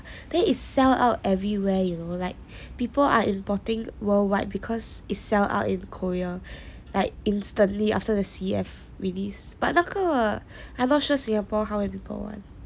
then is sell out everywhere you know like people are importing worldwide because is sell out in Korea like instantly after the C_F release but 那个 I not sure Singapore how many people want